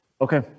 Okay